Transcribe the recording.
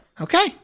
okay